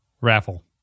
raffle